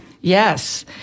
Yes